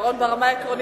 ברמה העקרונית,